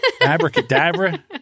abracadabra